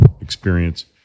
experience